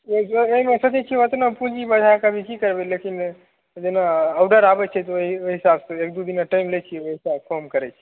एहिमे सोचै छियै उतना पूँजी बझाए कऽ अभी की करबे लेकिन जेना औडर आबै छै तऽ ओहि ओहि हिसाब सऽ एक दू दिना टाइम लै छियै ओहि हिसाब काम करै छी